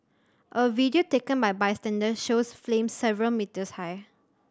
a video taken by a bystander shows flames several metres high